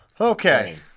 okay